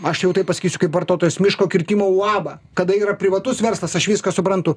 aš jau taip pasakysiu kaip vartotojas miško kirtimo uabą kada yra privatus verslas aš viską suprantu